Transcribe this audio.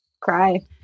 cry